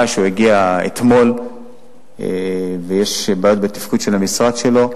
הגיע אתמול שר חדש ויש בעיות בתפקוד של המשרד שלו,